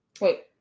Wait